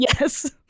Yes